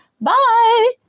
Bye